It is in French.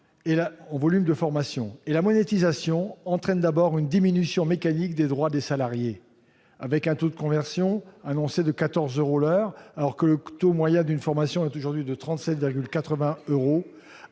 et la monétisation entraîne d'abord une diminution mécanique des droits des salariés. Avec un montant de conversion annoncé de 14 euros pour une heure, alors que le coût moyen d'une heure de formation est aujourd'hui de 37,80 euros,